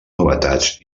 novetats